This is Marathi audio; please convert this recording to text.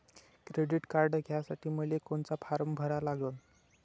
क्रेडिट कार्ड घ्यासाठी मले कोनचा फारम भरा लागन?